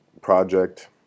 project